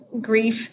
grief